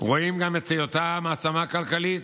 רואים גם את היותה מעצמה כלכלית.